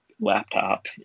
laptop